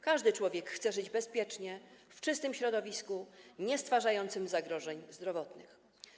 Każdy człowiek chce żyć bezpiecznie, w czystym środowisku, niestwarzającym zagrożeń zdrowotnych.